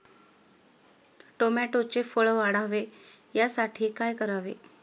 टोमॅटोचे फळ वाढावे यासाठी काय करावे?